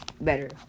Better